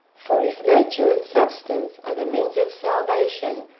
for if nature and substance are the means of salvation,